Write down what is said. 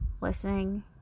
listening